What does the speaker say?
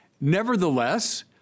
Nevertheless